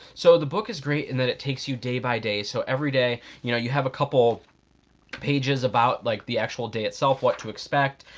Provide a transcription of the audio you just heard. so the book is great in that it takes you day by day. so everyday, you know you have a couple of pages about like the actual day itself, what to expect.